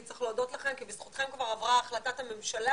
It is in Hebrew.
צריך להודות לכם כי בזכותכם כבר עברה החלטת הממשלה.